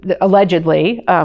allegedly